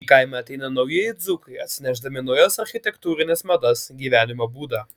į kaimą ateina naujieji dzūkai atsinešdami naujas architektūrines madas gyvenimo būdą